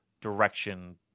direction